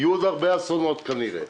יהיו עוד הרבה אסונות כנראה.